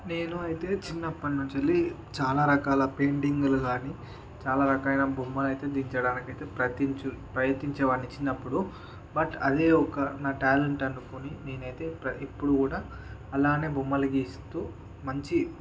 నేను అయితే చిన్నపటి నుంచి లీ చాలా రకాల పెయింటింగ్లు కాని చాలా రకైన బొమ్మను అయితే దించడానికి అయితే ప్రయత్ని ప్రయత్నించేవాడిని చిన్నప్పుడు బట్ అదే ఒక నా టాలెంట్ అనుకోని నేను అయితే ప్ర ఇప్పుడు కూడా అలానే బొమ్మలు గీస్తూ మంచి